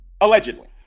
allegedly